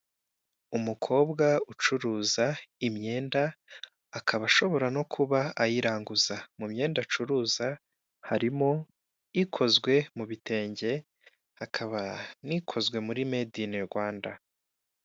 Umukobwa ucuruza imyenda akaba ashobora no kuba ayiranguza. Mu myenda acuruza harimo ikozwe mu bitenge hakaba n'ikozwe muri medinirwanda.